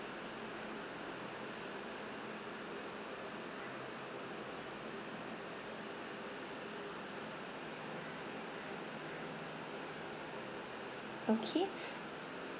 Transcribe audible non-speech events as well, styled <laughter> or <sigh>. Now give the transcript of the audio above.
okay <breath>